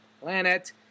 planet